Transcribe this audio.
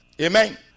Amen